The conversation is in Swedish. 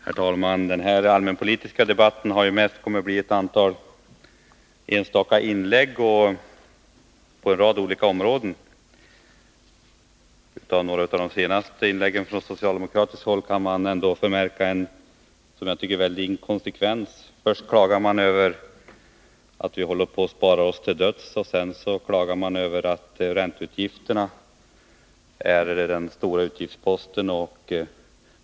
Herr talman! Den här allmänpolitiska debatten har mest kommit att utgöras av enstaka inlägg på en rad olika områden. När det gäller några av de senaste inläggen från socialdemokratiskt håll kan man förmärka, tycker jag, en inkonsekvens. Först klagar man över att vi håller på att spara oss till döds. Sedan klagar man över att ränteutgifterna är den stora utgiftsposten.